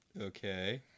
Okay